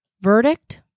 Verdict